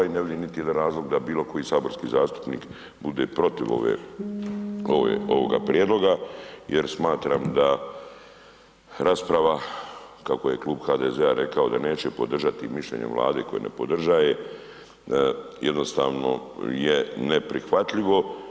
I ne vidim niti jedan razlog da bilo koji saborski zastupnik bude protiv ovoga prijedloga jer smatram da rasprava kako je kako je klub HDZ-a rekao da neće podržati mišljenje Vlade koje ne podržava jednostavno je neprihvatljivo.